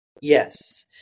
Yes